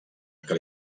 que